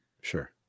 Sure